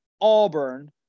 Auburn